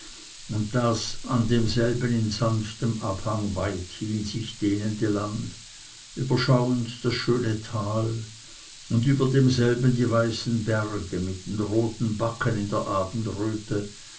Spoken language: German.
und das an denselben in sanftem abhang weithin sich dehnende land überschauend das schöne tal und über demselben die weißen berge mit den roten backen in der abendröte